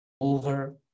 over